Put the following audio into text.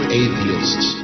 atheists